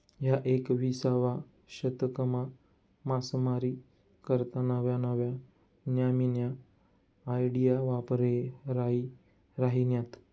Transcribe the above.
ह्या एकविसावा शतकमा मासामारी करता नव्या नव्या न्यामीन्या आयडिया वापरायी राहिन्यात